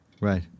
Right